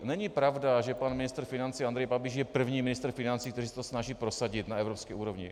Není pravda, že pan ministr financí Andrej Babiš je první ministr financí, kteří se to snaží prosadit na evropské úrovni.